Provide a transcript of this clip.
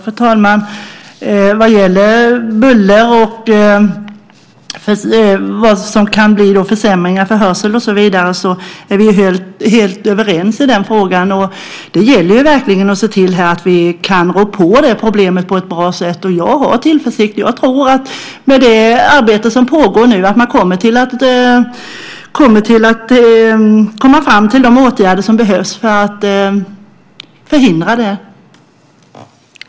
Fru talman! Vad gäller buller och de försämringar som kan bli av hörseln och så vidare är vi helt överens. Det gäller verkligen att se till att vi på ett bra sätt kan rå på det problemet. Jag känner tillförsikt och tror att man i och med det arbete som pågår nu kommer fram till de åtgärder som behövs för att förhindra nämnda saker.